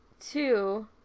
Two